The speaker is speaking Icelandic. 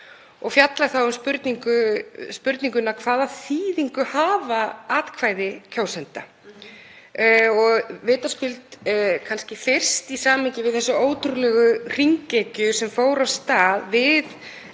og fjalla þá um spurninguna: Hvaða þýðingu hafa atkvæði kjósenda? Og vitaskuld kannski fyrst í samhengi við þá ótrúlegu hringekju sem fór af stað við